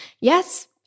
Yes